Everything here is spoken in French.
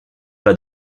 pas